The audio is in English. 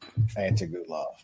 Antigulov